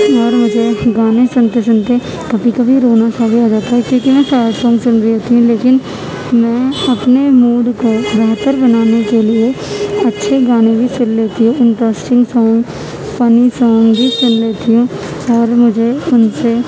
اور مجھے گانے سنتے سنتے کبھی کبھی رونا سا بھی آ جاتا ہے کیونکہ میں سیڈ سانگ سن رہی ہوتی ہوں لیکن میں اپنے موڈ کو بہتر بنانے کے لیے اچھے گانے بھی سن لیتی ہوں انٹریسٹنگ سانگ فنی سانگ بھی سن لیتی ہوں اور مجھے ان سے